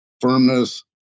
firmness